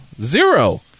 Zero